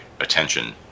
attention